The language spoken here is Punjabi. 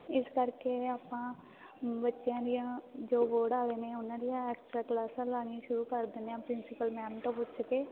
ਇਸ ਕਰਕੇ ਆਪਾਂ ਬੱਚਿਆਂ ਦੀਆਂ ਜੋ ਬੋਰਡ ਵਾਲੇ ਨੇ ਉਹਨਾਂ ਦੀਆਂ ਐਕਸਟਰਾ ਕਲਾਸਾਂ ਲਾਉਣੀਆਂ ਸ਼ੁਰੂ ਕਰ ਦਿੰਦੇ ਹਾਂ ਪ੍ਰਿੰਸੀਪਲ ਮੈਮ ਤੋਂ ਪੁੱਛ ਕੇ